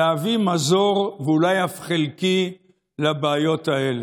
להביא מזור, ולו אף חלקי, לבעיות האלה.